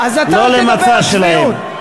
לא למצע שלהם.